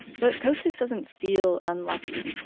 but costis doesn't feel unlucky.